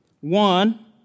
one